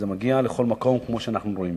זה מגיע לכל מקום, כמו שאנחנו רואים.